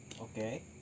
Okay